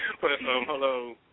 hello